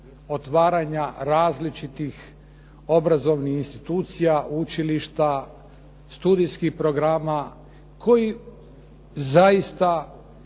otvaranja različitih obrazovnih institucija, učilišta, studijskih programa koji zaista